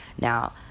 Now